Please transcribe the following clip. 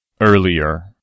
Earlier